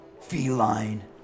feline